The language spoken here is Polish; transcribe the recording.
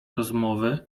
rozmowy